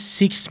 six